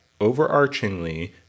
overarchingly